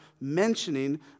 mentioning